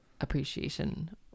appreciation